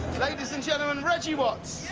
ladies and gentlemen, reggie watts.